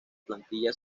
plantilla